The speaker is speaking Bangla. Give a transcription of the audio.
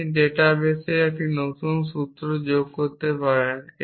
আপনি আপনার ডেটা বেসে একটি নতুন সূত্র যোগ করতে পারেন